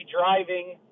driving –